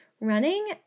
running